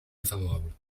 défavorable